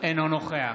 אינו נוכח